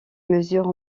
mesure